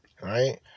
right